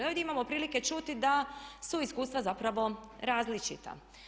I ovdje imamo prilike čuti da su iskustva zapravo različita.